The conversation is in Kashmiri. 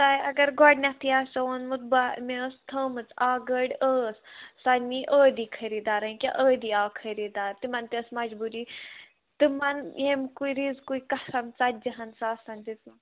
تۄہہِ اگر گۄڈنٮ۪تھٕے آسو ووٚنمُت با مےٚ ٲس تھٲمٕژ اَکھ گٲڑۍ ٲس سۄ نی عٲدی خریٖدارن کیٛاہ عٲدی آو خریٖدار تِمَن تہِ ٲس مَجبوٗری تِمَن ییٚمہِ کُے ریٖزقُکٕے قَسم ژَتجی ہَن ساسَن دِژمٕژ